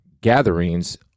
gatherings